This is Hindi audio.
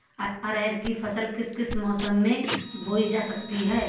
अरहर की फसल किस किस मौसम में बोई जा सकती है?